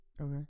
Okay